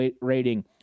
rating